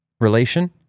relation